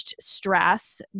stress